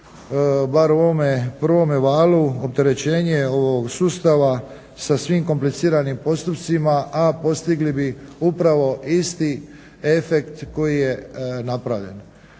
bar u ovome prvome valu opterećenje ovog sustava sa svim kompliciranim postupcima, a postigli bi upravo isti efekt koji je napravljen.